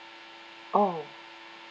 oh